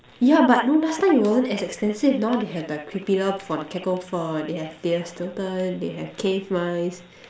yeah but no last time it wasn't as expensive now they have like Creepella-Von-Cacklefur and they have Thea-Stilton they have cave mice